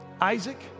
Isaac